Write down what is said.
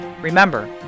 Remember